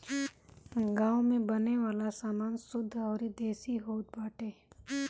गांव में बने वाला सामान शुद्ध अउरी देसी होत बाटे